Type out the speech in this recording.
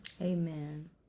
Amen